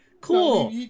Cool